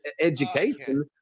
education